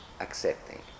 accepting